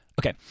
Okay